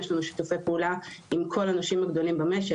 יש לנו שיתופי פעולה עם כל הנושים הגדולים במשק,